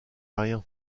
rien